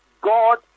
God